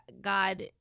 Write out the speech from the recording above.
God